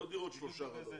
נכון, לא דירות שלושה חדרים.